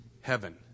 heaven